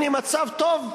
הנה מצב טוב,